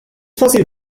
fácil